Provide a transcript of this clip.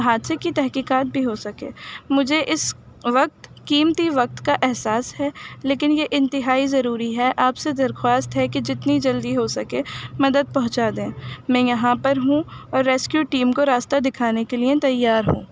حادثے کی تحقیقات بھی ہو سکے مجھے اس وقت قیمتی وقت کا احساس ہے لیکن یہ انتہائی ضروری ہے آپ سے درخواست ہے کہ جتنی جلدی ہو سکے مدد پہنچا دیں میں یہاں پر ہوں اور ریسکیو ٹیم کو راستہ دکھانے کے لیے تیار ہوں